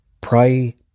Pray